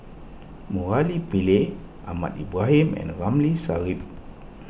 Murali Pillai Ahmad Ibrahim and Ramli Sarip